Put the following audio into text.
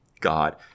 god